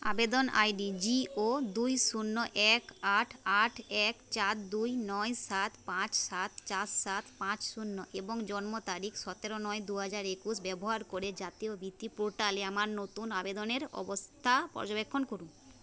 আবেদন ID G O দুই শুন্য এক আট আট এক চার দুই নয় সাত পাঁচ সাত চার সাত পাঁচ শুন্য এবং জন্ম তারিখ সতেরো নয় দুহাজার একুশ ব্যবহার করে জাতীয় বৃত্তি পোর্টালে আমার নতুন আবেদনের অবস্থা পর্যবেক্ষণ করুন